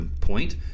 point